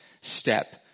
step